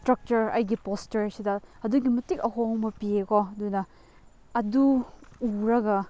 structure ꯑꯩꯒꯤ ꯄꯣꯁꯇ꯭ꯔꯁꯤꯗ ꯑꯗꯨꯛꯀꯤ ꯃꯇꯤꯛ ꯑꯍꯣꯡꯕ ꯄꯤꯌꯦꯀꯣ ꯑꯗꯨꯅ ꯑꯗꯨ ꯎꯔꯒ